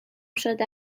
شده